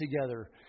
together